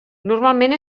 normalment